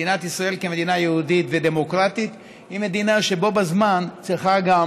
מדינת ישראל כמדינה יהודית ודמוקרטית היא מדינה שבו בזמן צריכה גם